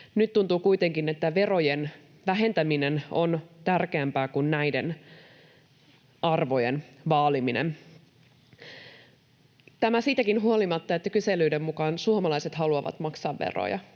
Nyt tuntuu kuitenkin, että verojen vähentäminen on tärkeämpää kuin näiden arvojen vaaliminen. Tämä siitäkin huolimatta, että kyselyiden mukaan suomalaiset haluavat maksaa veroja,